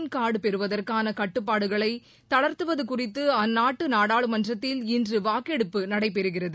நிரந்தரமாக காா்டுபெறுவதற்கானகட்டுப்பாடுகளைதளா்த்துவதுகுறித்துஅந்நாட்டுநாடாளுமன்றத்தில் இன்றுவாக்கெடுப்பு நடைபெறுகிறது